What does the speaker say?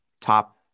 top